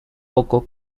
poco